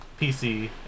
PC